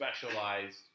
specialized